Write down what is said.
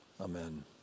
Amen